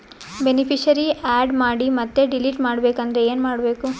Beneficiary, add ಮಾಡಿ ಮತ್ತೆ delete ಮಾಡಬೇಕೆಂದರೆ ಏನ್ ಮಾಡಬೇಕು?